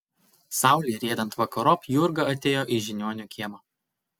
saulei riedant vakarop jurga atėjo į žiniuonio kiemą